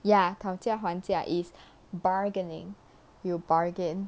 ya 讨价还价 is bargaining you bargain